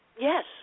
Yes